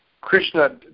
Krishna